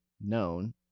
known